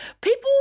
People